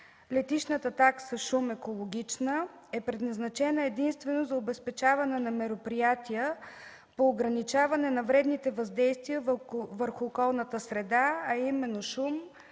Летищната такса шум (екологична) е предназначена единствено за обезпечаване на мероприятия по ограничаване на вредните въздействия върху околната среда, а именно шум, газови